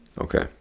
Okay